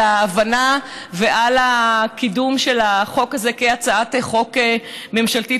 על ההבנה ועל הקידום של החוק הזה כהצעת חוק ממשלתית.